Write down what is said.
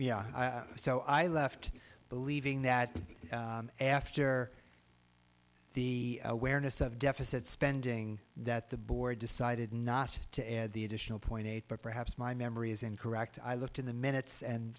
question i so i left believing that after the awareness of deficit spending that the board decided not to add the additional point eight but perhaps my memory is incorrect i looked in the minutes and